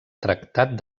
tractat